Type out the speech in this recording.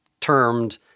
termed